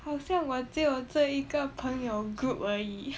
好像我只有这一个朋友 group 而已